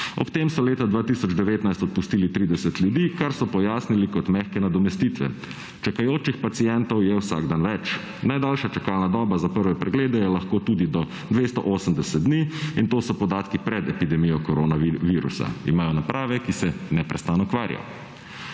Ob tem so leta 2019 odpustili 30 ljudi, kar so pojasnili kot mehe nadomestitve. Čakajočih pacientov je vsak dan več, najdaljša čakalna doba za prve preglede je lahko tudi 280, in to so podatki pred epidemijo koronavirusa. Imajo naprave, ki se neprestano kvarijo.